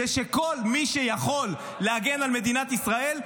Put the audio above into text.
שכל מי שיכול להגן על מדינת ישראל,